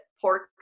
pork